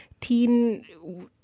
teen